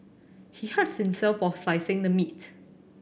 he hurt himself while slicing the meat